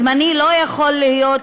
זמני לא יכול להיות